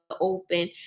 open